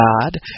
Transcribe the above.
God